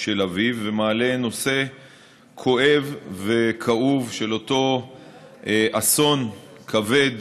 של אביו, ומעלה נושא כואב וכאוב של אותו אסון כבד,